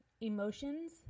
Emotions